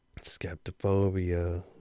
skeptophobia